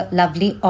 lovely